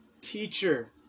teacher